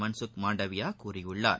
மன்சுக் மாண்டவியா கூறியுள்ளார்